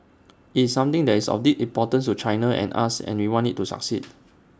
IT is something that is of deep importance to China and us and we want IT to succeed